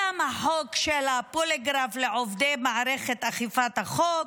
גם החוק של הפוליגרף לעובדי מערכת אכיפת החוק,